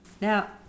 now